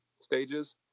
stages